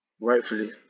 rightfully